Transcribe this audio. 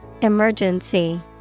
Emergency